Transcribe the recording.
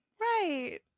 right